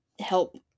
help